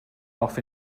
off